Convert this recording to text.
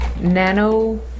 nano